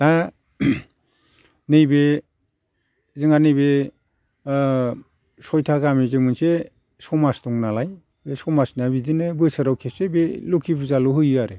दा नैबे जोंहा नैबे सयथा गामिजों मोनसे समाज दं नालाय बे समाजना बिदिनो बोसोराव खेबसे बे लोखि फुजाल' होयो आरो